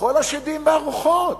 לכל השדים והרוחות,